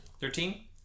Thirteen